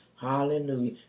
Hallelujah